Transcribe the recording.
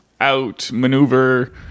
out-maneuver